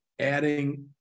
adding